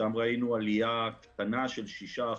ראינו עלייה קטנה של שישה אחוזים.